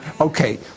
okay